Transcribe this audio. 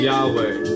Yahweh